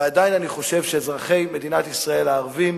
ועדיין אני חושב שאזרחי מדינת ישראל הערבים